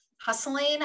hustling